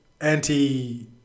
anti